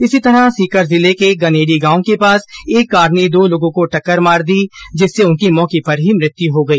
इसी तरह सीकर जिले के गनेडी गांव के पास एक कार ने दो लोगों को टक्कर मार दी जिससे उनकी मौके पर ही मृत्यू हो गई